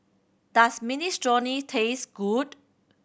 does Minestrone taste good